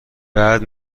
بعد